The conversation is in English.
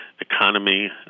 economy